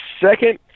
second